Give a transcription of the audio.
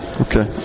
Okay